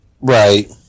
Right